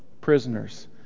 prisoners